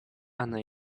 она